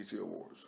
Awards